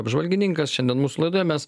apžvalgininkas šiandien mūsų laidoje mes